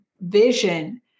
vision